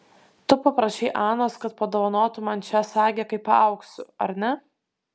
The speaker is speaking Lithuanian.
tu paprašei anos kad padovanotų man šią sagę kai paaugsiu ar ne